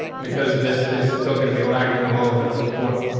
because this is still gonna be lacking a little bit of support.